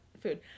food